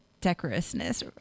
decorousness